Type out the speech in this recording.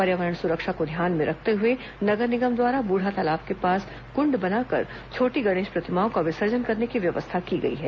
पर्यावरण सुरक्षा को ध्यान में रखते हुए नगर निगम द्वारा ब्रढातालाब के पास कुण्ड बनाकर छोटी गणेश प्रतिमाओं का विसर्जन करने की व्यवस्था की गई है